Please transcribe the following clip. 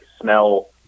smell